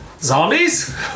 zombies